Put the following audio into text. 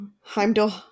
Heimdall